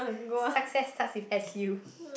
success starts with S_U